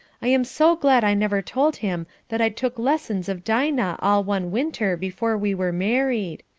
i am so glad i never told him that i took lessons of dinah all one winter before we were married.